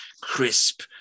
crisp